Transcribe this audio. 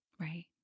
right